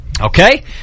Okay